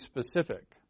specific